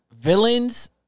Villains